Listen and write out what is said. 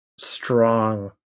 strong